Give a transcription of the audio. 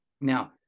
Now